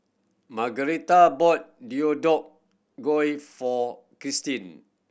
Margueritta bought Deodeok Gui for Kristin